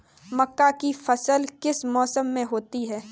मक्का की फसल किस मौसम में होती है?